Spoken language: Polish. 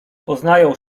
poznają